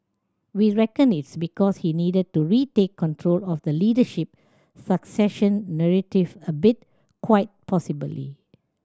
we reckon it's because he needed to retake control of the leadership succession narrative a bit quite possibly